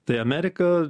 tai amerika